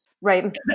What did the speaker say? right